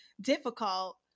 difficult